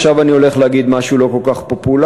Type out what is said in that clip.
עכשיו אני הולך להגיד משהו לא כל כך פופולרי,